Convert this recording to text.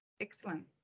Excellent